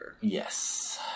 Yes